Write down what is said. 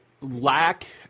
lack